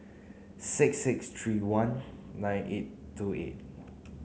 six six three one nine eight two eight